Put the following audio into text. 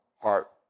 heart